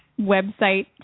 website